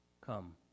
Come